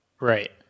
Right